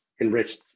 enriched